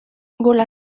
gola